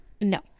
No